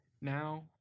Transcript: now